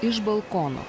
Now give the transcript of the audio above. iš balkono